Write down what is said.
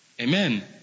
Amen